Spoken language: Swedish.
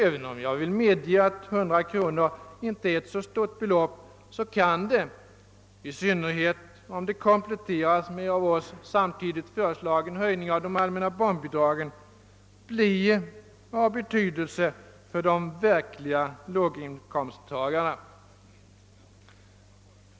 Även om jag medger att 100 kronor inte är ett så stort belopp kan det — i synnerhet då det kompletteras med av oss föreslagen höjning av de allmänna barnbidragen — bli av inte ringa betydelse för de verkliga låginkomsttagarna.